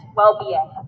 well-being